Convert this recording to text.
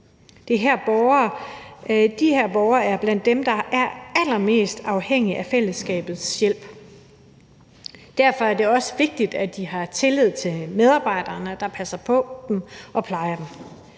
De her borgere er blandt dem, der er allermest afhængige af fællesskabets hjælp. Derfor er det også vigtigt, at de har tillid til medarbejderne, der passer på dem og plejer dem.